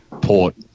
Port